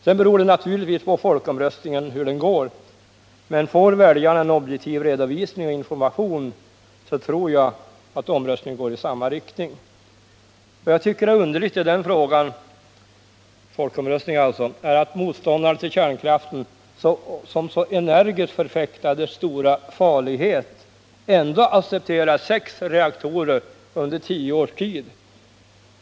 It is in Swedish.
Sedan beror det naturligtvis på hur folkomröstningen utfaller, men får medborgarna en objektiv redovisning och information, tror jag att resultatet av omröstningen går i samma riktning. Vad jag tycker är underligt i folkomröstningsfrågan är att motståndarna till kärnkraften, som så energiskt förfäktar åsikten om dess stora farlighet, ändå accepterar sex reaktorer under tio års tid.